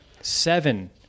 seven